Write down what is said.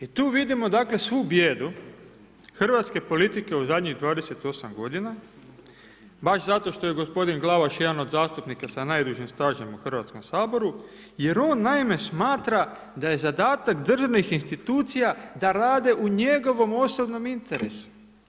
I tu vidimo dakle svu bijedu hrvatske politike u zadnjih 28 godina, baš zato što je gospodin Glavaš jedan od zastupnika sa najdužim stažem u Hrvatskom saboru jer on naime smatra da je zadatak državnih institucija da rade u njegovom osobnom interesu.